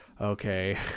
okay